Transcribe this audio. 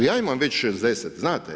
Ja imam već 60 znate.